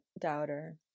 doubter